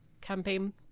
campaign